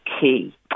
key